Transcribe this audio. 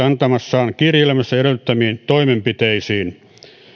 antamassaan kirjelmässä edellyttämiin toimenpiteisiin